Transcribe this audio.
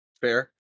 fair